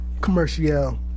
commercial